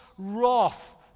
wrath